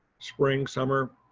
spring, summer.